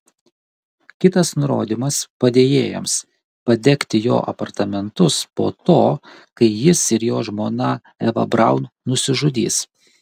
kitas nurodymas padėjėjams padegti jo apartamentus po to kai jis ir jo žmona eva braun nusižudys